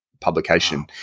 publication